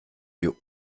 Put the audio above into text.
wir